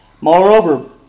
Moreover